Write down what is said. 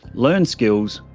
learn skills,